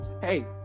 hey